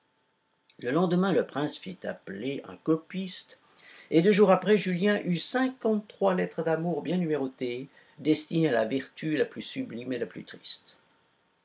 le lendemain le prince fit appeler un copiste et deux jours après julien eut cinquante-trois lettres d'amour bien numérotées destinées à la vertu la plus sublime et la plus triste